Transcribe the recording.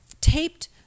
taped